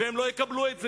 והם לא יקבלו את זה,